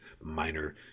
minor